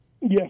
yes